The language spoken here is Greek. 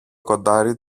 κοντάρι